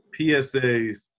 PSAs